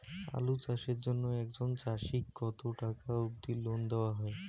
আলু চাষের জন্য একজন চাষীক কতো টাকা অব্দি লোন দেওয়া হয়?